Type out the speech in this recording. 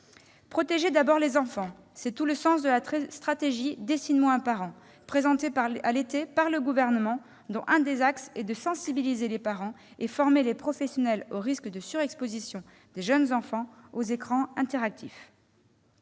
Protéger d'abord les jeunes enfants : tel est le sens de la stratégie « Dessine-moi un parent » présentée cet été par le Gouvernement, dont l'un des axes est la sensibilisation des parents et la formation des professionnels aux risques de surexposition des jeunes enfants aux écrans interactifs.